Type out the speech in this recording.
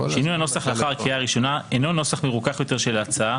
שינוי הנוסח לאחר הקריאה הראשונה אינו נוסח "מרוכך" יותר של ההצעה